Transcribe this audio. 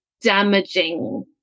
damaging